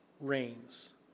reigns